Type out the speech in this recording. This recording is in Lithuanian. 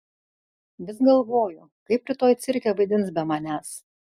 vis galvoju kaip rytoj cirke vaidins be manęs